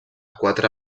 quatre